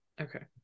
Okay